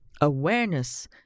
awareness